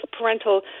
parental